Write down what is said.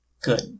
good